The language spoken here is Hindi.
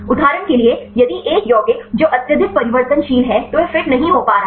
उदाहरण के लिए यदि एक यौगिक जो अत्यधिक परिवर्तनशील है तो वह फिट नहीं हो पा रहा है